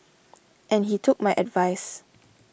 and he took my advice